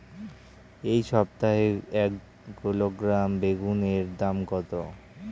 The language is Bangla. এই সপ্তাহে এক কিলোগ্রাম বেগুন এর দাম কত?